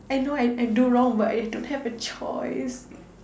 I know I I do wrong but I I don't have a choice